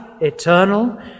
eternal